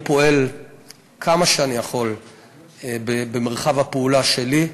אני פועל כמה שאני יכול במרחב הפעולה שלי,